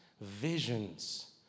visions